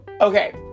Okay